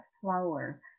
flower